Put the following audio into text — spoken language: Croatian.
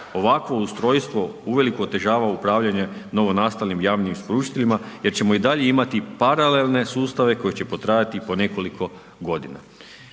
Ovakvo ustrojstvo uvelike otežava upravljanje novo nastalim javnim isporučiteljima jer ćemo i dalje imati paralelne sustave koji će potrajati po nekoliko godina.